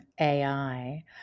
AI